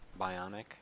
Bionic